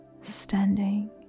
standing